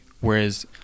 whereas